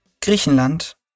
Griechenland